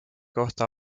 kohta